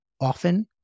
often